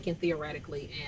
theoretically